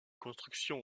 construction